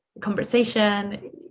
conversation